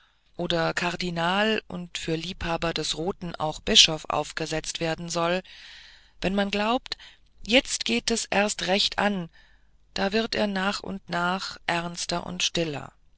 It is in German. oder kardinal und für liebhaber des roten auch bischof aufgesetzt werden soll wenn man glaubt jetzt geht es erst recht an da wird er nach und nach ernster und stiller